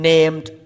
Named